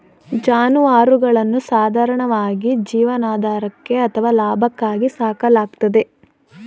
ಜಾನುವಾರುಗಳನ್ನು ಸಾಧಾರಣವಾಗಿ ಜೀವನಾಧಾರಕ್ಕೆ ಅಥವಾ ಲಾಭಕ್ಕಾಗಿ ಸಾಕಲಾಗ್ತದೆ